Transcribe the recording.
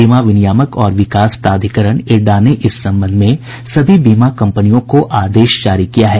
बीमा विनियामक और विकास प्राधिकरण इरडा ने इस संबंध में सभी बीमा कंपनियों को आदेश जारी किया है